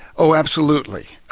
oh, absolutely.